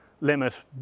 limit